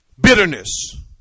bitterness